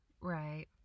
Right